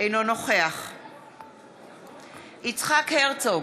אינו נוכח יצחק הרצוג,